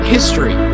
History